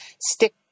stick